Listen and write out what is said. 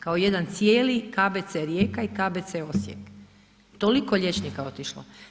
Kao jedan cijeli KBC Rijeka i KBC Osijek, toliko liječnika je otišlo.